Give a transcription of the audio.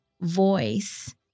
voice